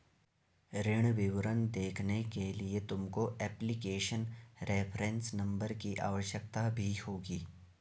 ऋण विवरण देखने के लिए तुमको एप्लीकेशन रेफरेंस नंबर की आवश्यकता भी होगी